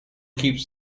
keeps